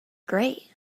great